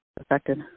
affected